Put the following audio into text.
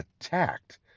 attacked